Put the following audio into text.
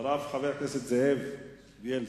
אחרי כן חבר הכנסת זאב בילסקי.